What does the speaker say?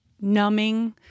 numbing